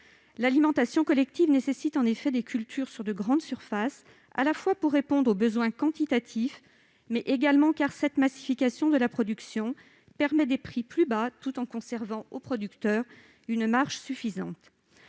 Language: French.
L'alimentation collective nécessite en effet des cultures sur de grandes surfaces, afin de répondre aux besoins quantitatifs mais aussi parce que la massification de la production permet des prix plus bas, tout en laissant aux producteurs une marge suffisante.